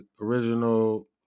original